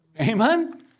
Amen